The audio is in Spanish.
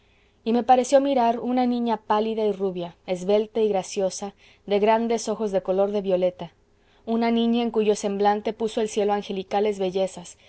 y me pareció mirar una niña pálida y rubia esbelta y graciosa de grandes ojos de color de violeta una niña en cuyo semblante puso el cielo angelicales bellezas